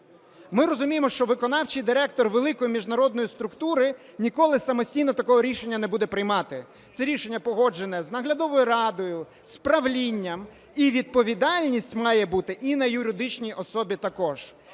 Ми розуміємо, що виконавчий директор великої міжнародної структури ніколи самостійно такого рішення не буде приймати, це рішення погоджене з наглядовою радою, з правлінням і відповідальність має бути і на юридичній особі також.